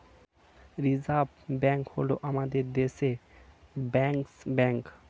reserve bank হল আমাদের দেশের ব্যাঙ্কার্স ব্যাঙ্ক